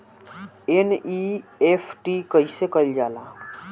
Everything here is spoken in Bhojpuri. एन.ई.एफ.टी कइसे कइल जाला?